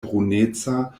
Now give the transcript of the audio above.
bruneca